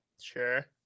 sure